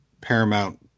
Paramount